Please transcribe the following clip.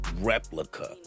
replica